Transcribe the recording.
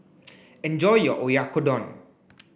enjoy your Oyakodon